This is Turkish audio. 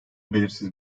belirsiz